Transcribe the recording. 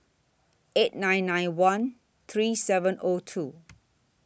eight nine nine one three seven O two